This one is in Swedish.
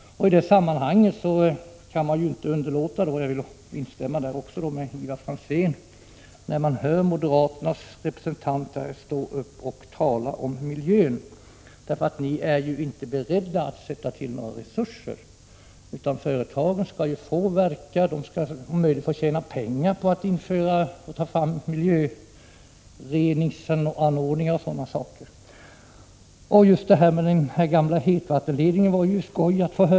I det sammanhanget kan jag inte underlåta att göra reflexionen — jag vill också på den punkten instämma med Ivar Franzén — att det är märkligt att höra moderaternas representanter stå upp och tala om miljön. Ni moderater är ju inte beredda att sätta till några resurser, utan företagen skall ju får verka fritt och om möjligt få tjäna pengar på att ta fram miljöreningsanordningar och liknande. Det var ju skoj att få höra moderaterna ta upp den här gamla hetvattenledningen igen.